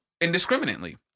indiscriminately